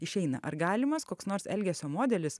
išeina ar galimas koks nors elgesio modelis